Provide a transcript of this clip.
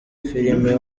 filime